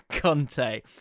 Conte